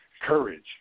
courage